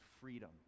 freedom